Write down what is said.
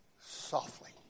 softly